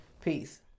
Peace